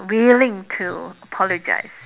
willing to apologize